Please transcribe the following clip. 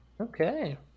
Okay